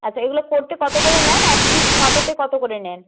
আচ্ছা এগুলো করতে কত করে নেন এক পিস ফটোতে কত করে নেন